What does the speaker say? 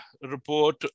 report